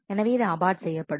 எனவே இது அபார்ட் செய்யப்படும்